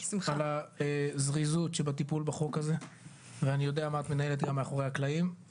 על הזריזות שבטיפול בחוק הזה ואני יודע מה את מנהלת גם מאחורי הקלעים.